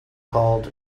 called